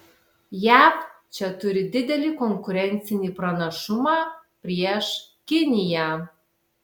jav čia turi didelį konkurencinį pranašumą prieš kiniją